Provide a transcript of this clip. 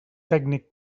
tècnic